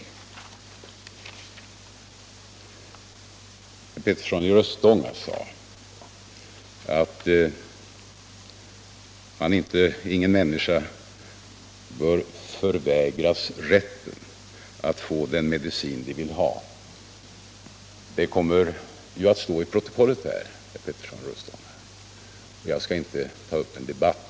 Herr Petersson i Röstånga sade att ingen människa bör förvägras rätten att få den medicin han vill ha. Det kommer ju att stå i protokollet, herr Petersson i Röstånga, och jag skall inte ta upp en debatt.